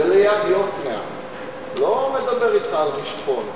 זה ליד יוקנעם, אני לא מדבר אתך על רשפון,